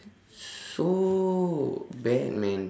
so bad man